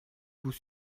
vous